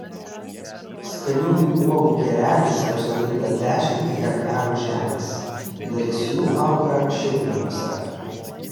skaniųjų uogų kereliais apsodinta dešimt hektarų žemės dalis jų auga šiltnamiuose